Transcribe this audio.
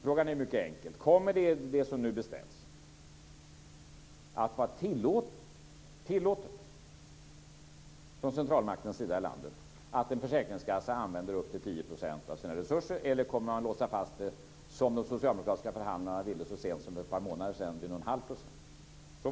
Frågan är mycket enkel: Kommer det som nu beställts att vara tillåtet från centralmaktens sida i landet, att en försäkringskassa använder upp till 10 % av sina resurser? Eller kommer man att låsa fast sig, som de socialdemokratiska förhandlarna ville så sent som för ett par månader sedan, vid någon halv procent? Så var frågan.